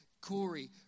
Corey